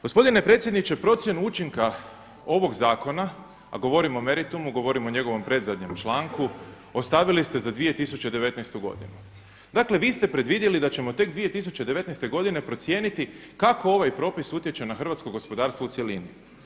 Gospodine predsjedniče procjenu učinka ovog zakona, a govorimo o meritumu, govorimo o njegovom predzadnjem članku, ostavili ste za 2019. godinu, dakle vi ste predvidjeli da ćemo tek 2019. godine procijeniti kako ovaj propis utječe na hrvatsko gospodarstvo u cjelini.